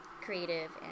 creative